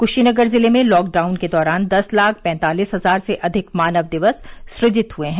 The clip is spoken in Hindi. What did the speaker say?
क्शीनगर जिले में लॉकडाउन के दौरान दस लाख पैतालीस हजार से अधिक मानव दिवस सृजित हुए हैं